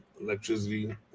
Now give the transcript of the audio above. electricity